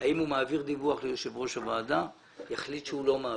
האם הוא מעביר דיווח ליושב ראש הוועדה או יחליט שהוא לא מעביר.